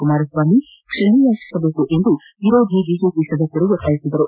ಕುಮಾರಸ್ವಾಮಿ ಕ್ಷಮೆಯಾಚಿಸಬೇಕೆಂದು ವಿರೋಧಿ ಬಿಜೆಪಿ ಸದಸ್ಯರು ಒತ್ತಾಯಿಸಿದರು